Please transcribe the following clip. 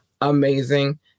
amazing